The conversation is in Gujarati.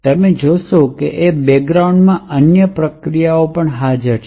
અને તમે જે જોશો તે એ છે કે બૅકગ્રાઉન્ડમાં અન્ય પ્રક્રિયાઓ હાજર છે